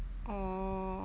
oh